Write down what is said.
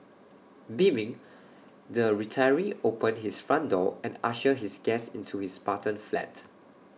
beaming the retiree opened his front door and ushered his guest into his Spartan flat